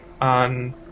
on